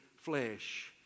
flesh